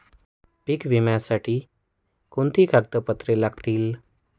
पीक विम्यासाठी कोणती कागदपत्रे लागतील?